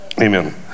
Amen